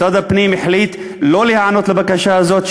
משרד הפנים החליט שלא להיענות לבקשה הזאת,